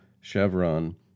Chevron